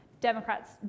Democrats